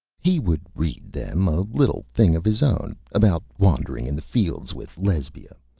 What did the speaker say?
he would read them a little thing of his own about wandering in the fields with lesbia,